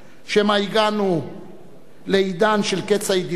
שמא הגענו לעידן של קץ האידיאולוגיות.